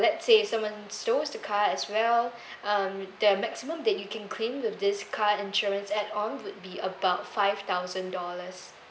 let's say someone stole the car as well uh the maximum that you can claim with this car insurance add on would be about five thousand dollars